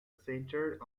centered